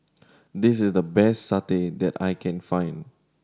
this is the best satay that I can find